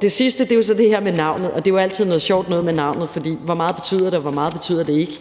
Det sidste er jo så det her med navnet, og det er jo altid noget sjovt noget med navnet, for hvor meget betyder det, og hvor meget det betyder det ikke?